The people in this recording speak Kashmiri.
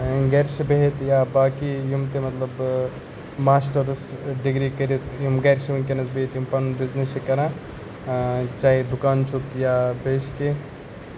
گَرِ چھِ بِہِتھ یا باقٕے یِم تہِ مطلب ماسٹرٕس ڈِگری کٔرِتھ یِم گَرِ چھِ وٕنکٮ۪نَس بِہِتھ یِم پَنُن بِزنٮ۪س چھِ کَران چاہے دُکان چھُکھ یا بیٚیہِ چھِ کینٛہہ باقٕے لیبٲرٕس لیبٲرٕس